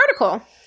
article